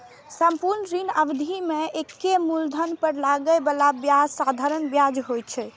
संपूर्ण ऋण अवधि मे एके मूलधन पर लागै बला ब्याज साधारण ब्याज होइ छै